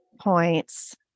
points